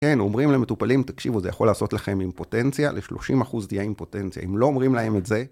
כן, אומרים למטופלים, תקשיבו, זה יכול לעשות לכם אימפוטנציה, לשלושים אחוז תהיה אימפוטנציה, אם לא אומרים להם את זה...